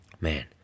man